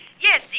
Yes